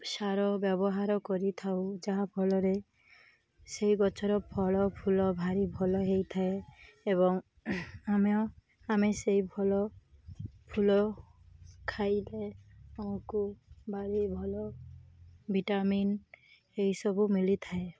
ସାର ବ୍ୟବହାର କରିଥାଉ ଯାହା'ଫଳରେ ସେଇ ଗଛର ଫଳ ଫୁଲ ଭାରି ଭଲ ହେଇଥାଏ ଏବଂ ଆମେ ଆମେ ସେଇ ଭଲ ଫୁଲ ଖାଇଲେ ଆମକୁ ଭାରି ଭଲ ଭିଟାମିନ୍ ଏଇସବୁ ମିଳିଥାଏ